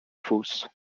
fausse